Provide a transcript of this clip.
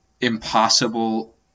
impossible